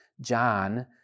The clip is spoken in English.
John